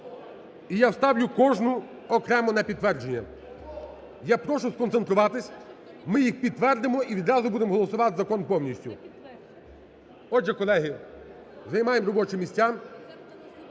І я ставлю кожну окремо на підтвердження. Я прошу сконцентруватись, ми їх підтвердимо і відразу будемо голосувати закон повністю. Отже, колеги, займаємо робочі місця.